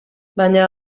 baina